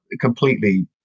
completely